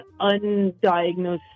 undiagnosed